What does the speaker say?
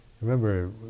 remember